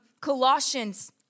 Colossians